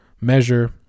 measure